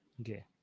Okay